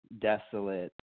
desolate